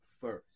first